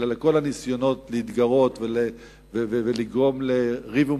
אלא לכל הניסיונות להתגרות ולגרום ריב ומדון,